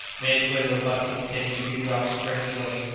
made its way to a bucket containing a few drops of fresh water,